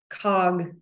cog